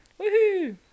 woohoo